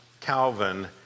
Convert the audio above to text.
Calvin